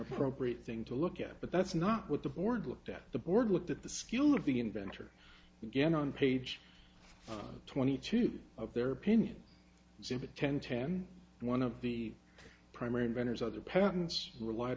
appropriate thing to look at but that's not what the board looked at the board looked at the skill of the inventor again on page twenty two of their opinion simba ten ten one of the primary inventors other patents relied